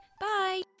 Bye